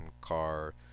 car